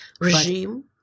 Regime